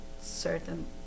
certain